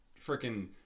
freaking